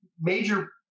major